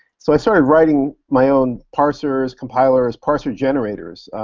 so i started writing my own parsers, compilers, parser generators.